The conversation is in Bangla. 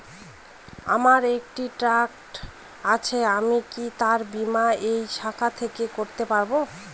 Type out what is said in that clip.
আমার একটি ট্র্যাক্টর আছে আমি কি তার বীমা এই শাখা থেকে করতে পারব?